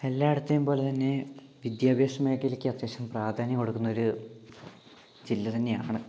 എല്ലായിടത്തേയും പോലെ തന്നെ വിദ്യഭ്യാസ മേഖലയ്ക്ക് അത്യാവശ്യം പ്രാധാന്യം കൊടുക്കുന്ന ഒരു ജില്ല തന്നെയാണ്